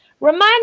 remind